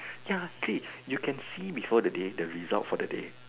ya see you can see before the day the result for the day